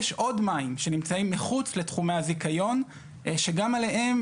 יש עוד מים שנמצאים מחוץ לתחומי הזיכיון שגם עליהם